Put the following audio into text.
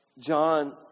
John